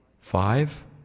Five